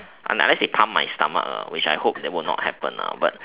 un~ unless they plump my stomach ah which I hope will not happen lah but